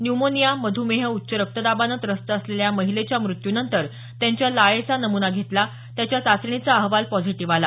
pneumonia मध्मेह उच्च रक्तदाबानं त्रस्त असलेल्या या महिलेच्या मृत्यूनंतर त्यांच्या लाळेचा नमूना घेतला त्याच्या चाचणीचा अहवाल पॉझिटिव्ह आला